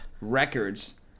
records